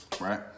right